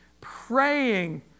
praying